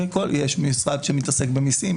יש משרד שמתעסק במיסים,